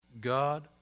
God